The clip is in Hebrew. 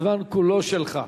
הזמן כולו שלך.